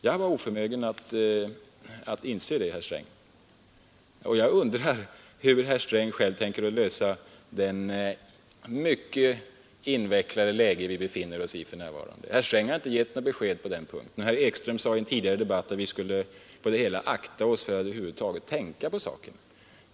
Jag var oförmögen att inse det, herr Sträng, och jag undrar hur herr Sträng tänker klara det mycket invecklade läge vi nu befinner oss i. Herr Sträng har inte gett något besked på den punkten, och herr Ekström sade tidigare under debatten att vi på det hela taget skulle akta oss för att över huvud taget tänka på saken.